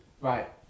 right